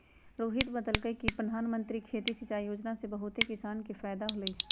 रोहित बतलकई कि परधानमंत्री खेती सिंचाई योजना से बहुते किसान के फायदा होलई ह